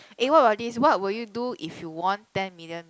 eh what about this what will you do if you won ten million